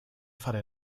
fare